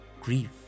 grief